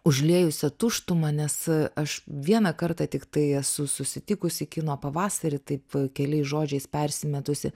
užliejusią tuštumą nes aš vieną kartą tiktai esu susitikusi kino pavasary taip keliais žodžiais persimetusi